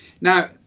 Now